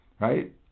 right